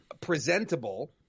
presentable